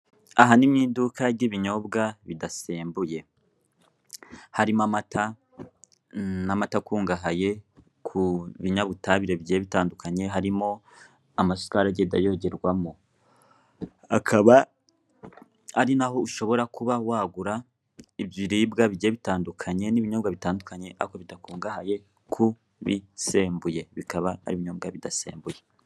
Aha ni mw'iduka ry'ibinyobwa bidasembuye. Harimo amata, n'amata akungahaye kubinyabutabire bigiye bitandukanye, harimo amasukari agenda yongerwamo. Akaba ari naho ushobora kuba wagura ibiribwa bigiye bitandukanye n'ibinyobwa bitandukanye ako bidakungahaye kubisembuye, bikaba ari ibinyobwa bidasembuye.